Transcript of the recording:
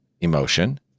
emotion